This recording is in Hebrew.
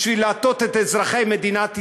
בשביל להטעות את אזרחי מדינת ישראל.